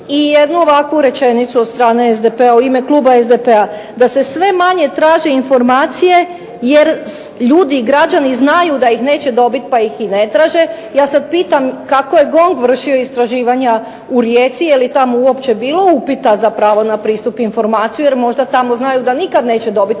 jednu ovakvu rečenicu od strane, u ime Kluba SDP-a, da se sve manje traže informacije jer ljudi i građani znaju da ih neće dobiti pa ih i ne traže. Ja sada pitam kako je GONG vršio istraživanja u Rijeci je li tamo uopće bilo upita za pravo na pristup informacijama jer možda tamo znaju da nikada neće dobiti